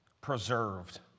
preserved